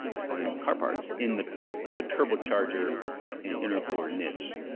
selling car parts in the like the turbocharger and intercore niche.